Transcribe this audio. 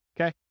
Okay